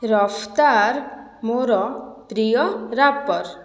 ରଫତାର୍ ମୋର ପ୍ରିୟ ରାପର୍